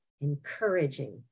encouraging